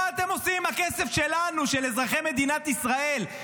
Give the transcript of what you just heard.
מה אתם עושים עם הכסף שלנו, של אזרחי מדינת ישראל?